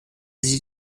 sie